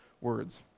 words